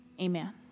amen